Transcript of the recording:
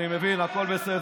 אני מבין, הכול בסדר.